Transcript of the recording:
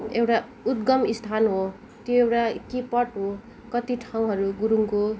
एउटा उद्गम स्थान हो त्यो एउटा किपट हो कति ठाउँहरू गुरुङको